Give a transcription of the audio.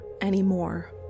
anymore